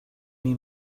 mean